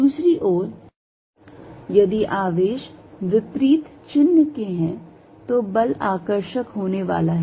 दूसरी ओर यदि आवेश विपरीत चिन्ह् के हैं तो बल आकर्षक होने वाला है